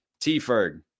T-Ferg